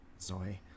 Zoe